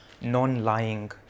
Non-Lying